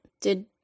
Did-